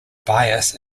bias